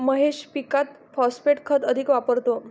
महेश पीकात फॉस्फेट खत अधिक वापरतो